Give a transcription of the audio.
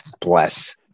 Bless